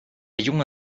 junge